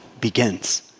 begins